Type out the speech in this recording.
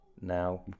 now